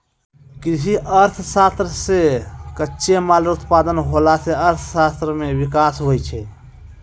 कृषि अर्थशास्त्र से कच्चे माल रो उत्पादन होला से अर्थशास्त्र मे विकास हुवै छै